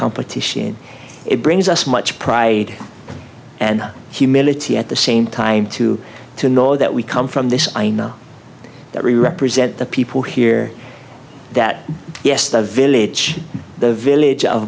competition it brings us much pride and humility at the same time too to know that we come from this i know that we represent the people here that yes the village the village of